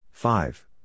Five